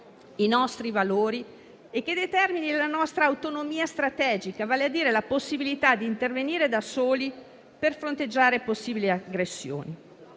i nostri valori e che determini la nostra autonomia strategica, vale a dire la possibilità di intervenire da soli per fronteggiare possibili aggressioni.